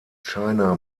china